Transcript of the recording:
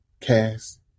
Cast